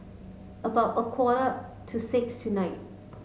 about a quarter to six tonight